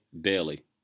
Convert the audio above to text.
Daily